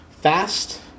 fast